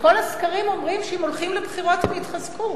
וכל הסקרים אומרים שאם הולכים לבחירות הם יתחזקו,